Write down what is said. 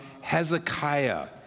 Hezekiah